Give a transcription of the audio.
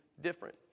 different